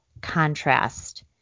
contrast